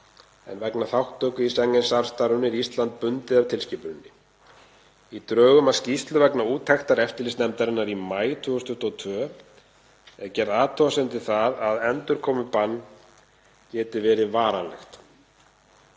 en vegna þátttöku í Schengen-samstarfinu er Ísland bundið af tilskipuninni. Í drögum að skýrslu vegna úttektar eftirlitsnefndarinnar í maí 2022 er gerð athugasemd við það að endurkomubann geti verið varanlegt.